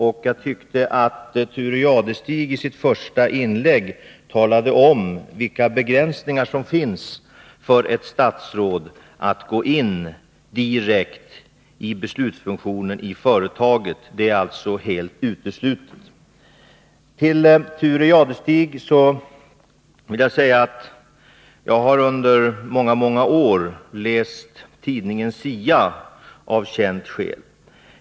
Thure Jadestig talade i sitt första inlägg om vilka begränsningar som finns för ett statsråd att gå in direkt i beslutsfunktionen i företaget — det är alltså helt uteslutet. Till Thure Jadestig vill jag säga att jag under många år läst tidningen SIA av känt skäl.